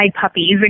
puppies